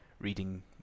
reading